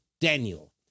Daniel